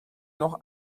noch